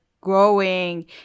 growing